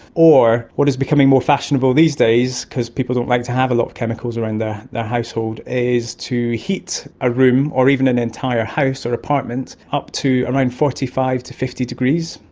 or what is becoming more fashionable these, days because people don't like to have a lot of chemicals around their their household, is to heat a room or even an entire house or apartment up to around forty five to fifty degrees,